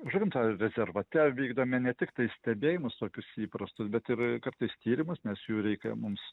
žuvinto rezervate vykdome ne tiktai stebėjimus tokius įprastus bet ir kartais tyrimus nes jų reikia mums